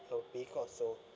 a week or so